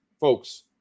folks